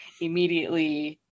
immediately